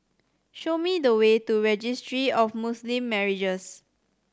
show me the way to Registry of Muslim Marriages